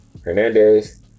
hernandez